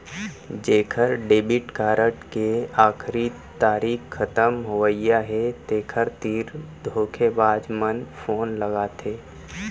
जेखर debit card के आखरी तारीख खतम होवइया हे तेखर तीर धोखेबाज मन फोन लगाथे